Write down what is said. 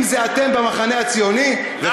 אם זה אתם במחנה הציוני, למה הוא ברח מהאולם?